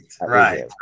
right